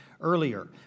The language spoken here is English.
earlier